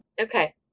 okay